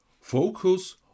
Focus